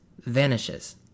vanishes